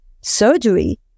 surgery